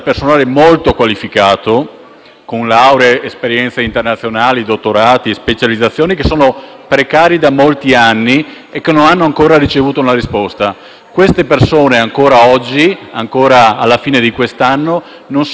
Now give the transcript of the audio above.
con lauree e esperienze internazionali, dottorati e specializzazioni, che sono precari da molti anni e che non hanno ancora ricevuto una risposta. Queste persone ancora oggi, alla fine di quest'anno, non sanno se al 1° gennaio dell'anno prossimo